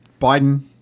Biden